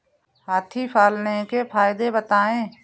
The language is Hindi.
हाथी पालने के फायदे बताए?